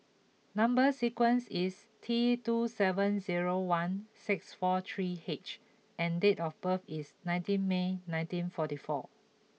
number sequence is T two seven zero one six four three H and date of birth is nineteen May nineteen forty four